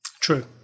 True